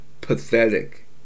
pathetic